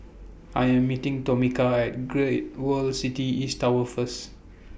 I Am meeting Tomika At Great World City East Tower First